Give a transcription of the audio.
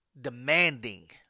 demanding